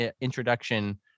introduction